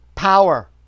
power